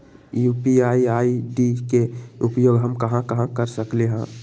UPI ID के उपयोग हम कहां कहां कर सकली ह?